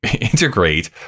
integrate